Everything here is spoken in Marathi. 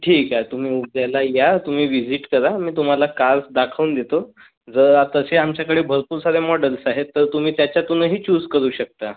ठीके तुम्ही उद्याला या तुम्ही विझीट करा मी तुम्हाला कार्स दाखवून देतो जर आ तर तसे आमच्याकडे भरपूर साऱ्या मॉडल्स आहेत तर तुम्ही त्याच्यातूनही चूझ करू शकता